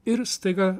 ir staiga